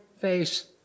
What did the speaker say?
face